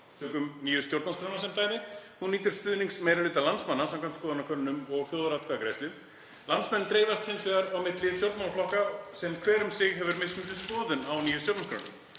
Tökum nýju stjórnarskrána sem dæmi. Hún nýtur stuðnings meiri hluta landsmanna samkvæmt skoðanakönnunum og þjóðaratkvæðagreiðslu. Landsmenn dreifast hins vegar á milli stjórnmálaflokka sem hver um sig hefur mismunandi skoðun á nýju stjórnarskránni.